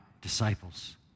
disciples